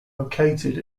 located